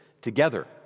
together